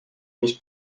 mis